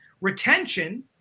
Retention